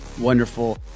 wonderful